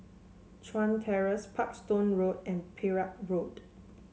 Chuan Terrace Parkstone Road and Perak Road